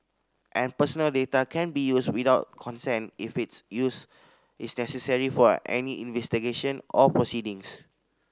and personal data can be used without consent if its use is necessary for any investigation or proceedings